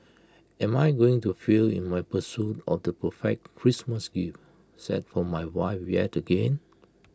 am I going to fail in my pursuit of the perfect Christmas gift set for my wife yet again